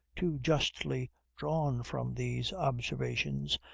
too justly drawn from these observations,